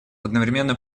одновременно